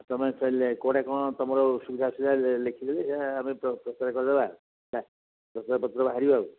ତୁମେ ଚାହିଁଲେ କୁଆଡ଼େ କ'ଣ ତୁମର ସୁବିଧା ଅସୁୁବିଧା ହେଲେ ଲେଖିଦେବେ ଏହା ଆମେ ପ୍ରଚାର କରିଦେବା ପ୍ରସାରପତ୍ର ବାହାରିବ ଆଉ